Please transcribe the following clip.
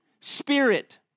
spirit